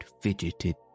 fidgeted